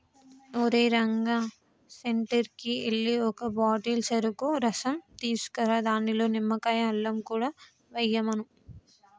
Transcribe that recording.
ఓరేయ్ రంగా సెంటర్కి ఎల్లి ఒక బాటిల్ సెరుకు రసం తీసుకురా దానిలో నిమ్మకాయ, అల్లం కూడా ఎయ్యమను